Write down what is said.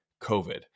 COVID